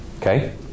Okay